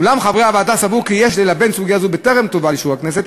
ואולם חברי הוועדה סברו כי יש ללבן סוגיה זו בטרם תובא לאישור הכנסת,